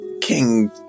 king